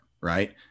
right